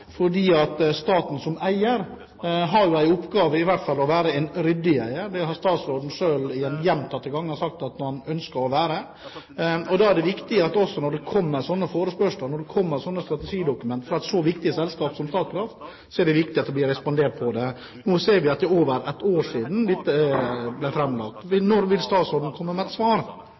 Staten som eier har jo i oppgave å i hvert fall være en ryddig eier, og det har statsråden selv gjentatte ganger sagt at han ønsker å være. Da er det også viktig når det kommer slike forespørsler, når det kommer slike strategidokument, fra et så viktig selskap som Statkraft, at det blir respondert på det. Nå ser vi at det er over ett år siden dette ble framlagt. Når vil statsråden komme med et svar?